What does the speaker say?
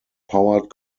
powered